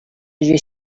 you